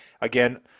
Again